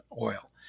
oil